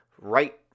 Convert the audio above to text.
right